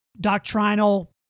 doctrinal